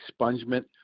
expungement